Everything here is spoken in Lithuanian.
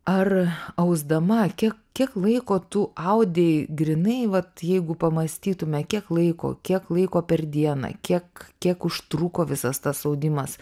ar ausdama kiek kiek laiko tu audei grynai vat jeigu pamąstytume kiek laiko kiek laiko per dieną kiek kiek užtruko visas tas audimas